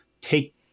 take